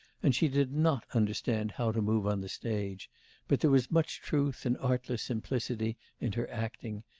and she did not understand how to move on the stage but there was much truth and artless simplicity in her acting,